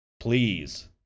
please